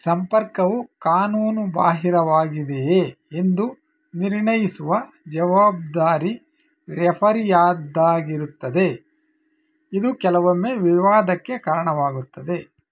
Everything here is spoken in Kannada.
ಸಂಪರ್ಕವು ಕಾನೂನುಬಾಹಿರವಾಗಿದೆಯೇ ಎಂದು ನಿರ್ಣಯಿಸುವ ಜವಾಬ್ದಾರಿ ರೆಫರಿಯದ್ದಾಗಿರುತ್ತದೆ ಇದು ಕೆಲವೊಮ್ಮೆ ವಿವಾದಕ್ಕೆ ಕಾರಣವಾಗುತ್ತದೆ